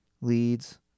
leads